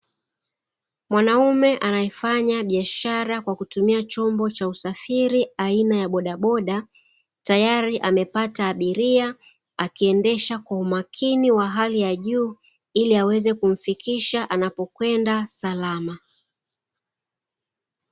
Mwanaume anayefanya biashara kwa kutumia chombo cha usafiri aina ya bodaboda tayari amepata abiria akiendesha kwa umakini wa hali ya juu ili aweze kumfikisha anapokwenda salama.